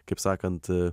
kaip sakant